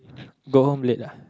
go home late ah